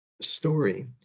story